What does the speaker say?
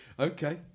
Okay